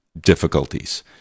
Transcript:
difficulties